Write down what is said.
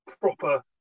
proper